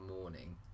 morning